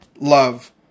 love